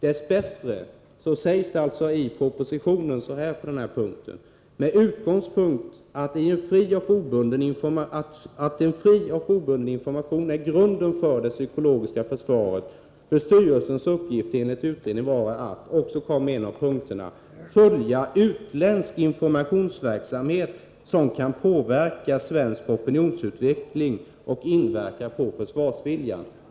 Dess bättre sägs det i propositionen så här på denna punkt: ”Med utgångspunkt i att en fri och obunden information är grunden för det psykologiska försvaret bör styrelsens uppgifter enligt utredningen vara att” — och så kommer här en av punkterna: ”följa utländsk informationsverksamhet som kan påverka svensk opinionsutveckling och inverka på försvarsviljan”.